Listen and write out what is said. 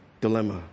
dilemma